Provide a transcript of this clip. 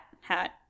hat